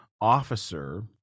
officer